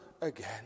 again